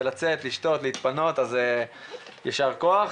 יישר כוח,